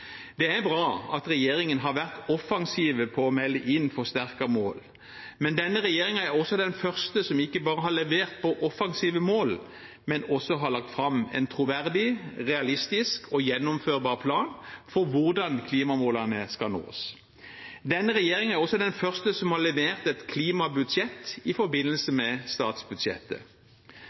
Det er bra at regjeringen har vært offensiv på å melde inn forsterkede mål. Denne regjeringen er også den første som ikke bare har levert på offensive mål, men også har lagt fram en troverdig, realistisk og gjennomførbar plan for hvordan klimamålene skal nås. Denne regjeringen er også den første som har levert et klimabudsjett i forbindelse med statsbudsjettet.